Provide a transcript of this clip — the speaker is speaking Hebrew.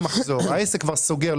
העסק כבר סוגר,